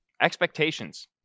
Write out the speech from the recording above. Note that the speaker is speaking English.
expectations